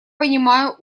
понимаю